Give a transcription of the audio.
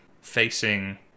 facing